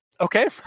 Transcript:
Okay